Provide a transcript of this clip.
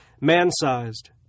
man-sized